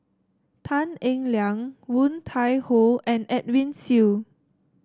Tan Eng Liang Woon Tai Ho and Edwin Siew